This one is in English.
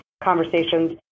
conversations